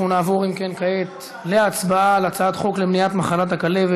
אנחנו נעבור כעת להצבעה על הצעת חוק למניעת מחלת הכלבת,